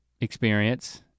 experience